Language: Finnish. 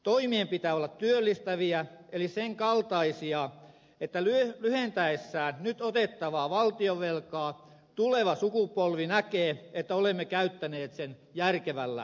toimien pitää olla työllistäviä eli sen kaltaisia että lyhentäessään nyt otettavaa valtionvelkaa tuleva sukupolvi näkee että olemme käyttäneet sen järkevällä tavalla